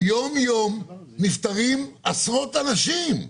יום יום נפטרים עשרות אנשים.